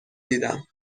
دیدم